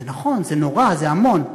זה נכון, זה נורא, זה המון.